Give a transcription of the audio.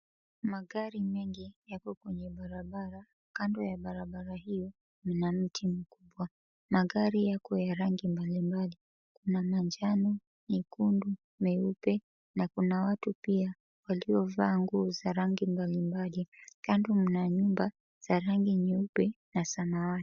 Magari mengi yako kwenye barabara. Kando ya barabara hiyo mna mti mkubwa. Magari yako ya rangi mbalimbali. Kuna manjano, mekundu, meupe, na kuna watu pia waliovaa nguo za rangi mbalimbali. Kando mna nyumba za rangi nyeupe na samawati.